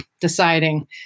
deciding